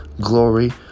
glory